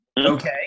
Okay